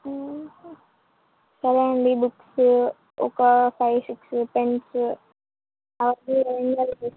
సరే అండి బుక్స్ ఒక ఫైవ్ సిక్స్ పెన్స్